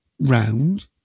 round